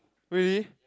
really